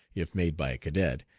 if made by a cadet,